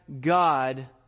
God